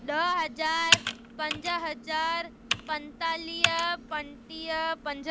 ॾह हज़ार पंज हज़ार पंतालीह पंटीह पंज